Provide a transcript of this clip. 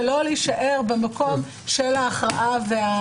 ולא להישאר במקום של ההכרעה והעיכוב.